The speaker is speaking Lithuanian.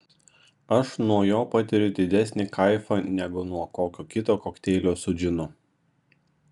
aš nuo jo patiriu didesnį kaifą negu nuo kokio kito kokteilio su džinu